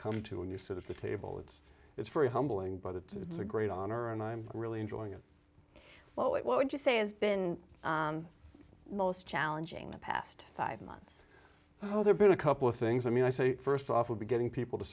come to and you sit at the table it's it's very humbling but it's a great honor and i'm really enjoying it well it what would you say is been most challenging the past five months oh there been a couple of things i mean i say first off would be getting people to